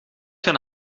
gaan